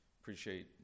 appreciate